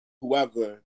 whoever